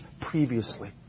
previously